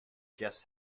guest